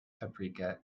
paprika